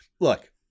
Look